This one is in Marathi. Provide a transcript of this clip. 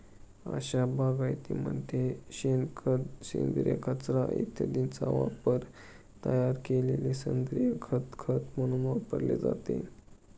अशा बागायतीमध्ये शेणखत, सेंद्रिय कचरा इत्यादींचा वापरून तयार केलेले सेंद्रिय खत खत म्हणून वापरले जाते